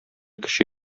кече